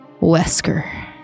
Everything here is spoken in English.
Wesker